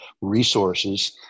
resources